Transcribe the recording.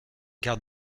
gare